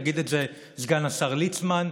יגיד את זה סגן השר ליצמן,